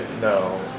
No